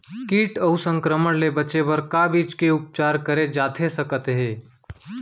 किट अऊ संक्रमण ले बचे बर का बीज के उपचार करे जाथे सकत हे?